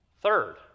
Third